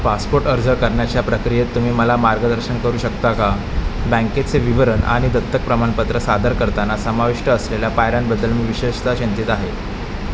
passport अर्ज करण्याच्या प्रक्रियेत तुम्ही मला मार्गदर्शन करू शकता का बँकेचे विवरण आणि दत्तक प्रमाणपत्र सादर करताना समाविष्ट असलेल्या पायऱ्यांबद्दल मी विशेषत चिंतित आहे